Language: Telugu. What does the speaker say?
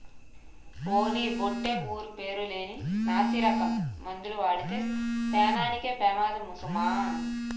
ఓలి బొట్టే ఊరు పేరు లేని నాసిరకం మందులు వాడితే పేనానికే పెమాదము సుమా